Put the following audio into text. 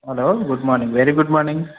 hello good morning very good morning